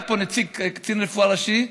היה פה נציג, קצין רפואה ראשי.